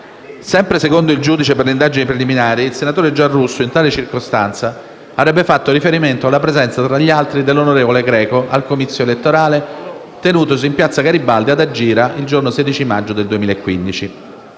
Sempre secondo il giudice per le indagini preliminari, il senatore Giarrusso in tale circostanza avrebbe fatto riferimento alla presenza, tra gli altri, dell'onorevole Greco al comizio elettorale tenutosi in Piazza Garibaldi, ad Agira, il giorno 16 maggio 2015.